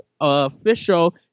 official